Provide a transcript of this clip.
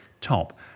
top